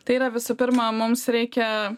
tai yra visų pirma mums reikia